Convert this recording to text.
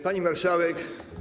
Pani Marszałek!